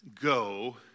go